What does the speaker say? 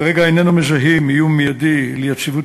כרגע איננו מזהים איום מיידי על יציבות